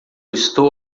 estou